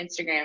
Instagram